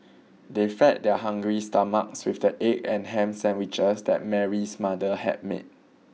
they fed their hungry stomachs with the egg and ham sandwiches that Mary's mother had made